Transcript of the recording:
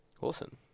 Awesome